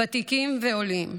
ותיקים ועולים,